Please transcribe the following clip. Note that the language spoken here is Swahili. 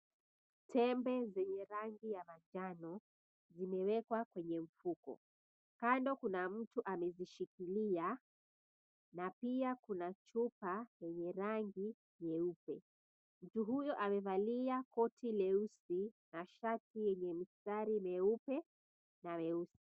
Tembe zenye rangi ya manjano zimewekwa kwenye ufuko. Kando kuna mtu amezishikilia na pia kuna chupa yenye rangi nyeupe. Mtu huyo amevalia koti leusi na shati yenye mistari meupe na meusi.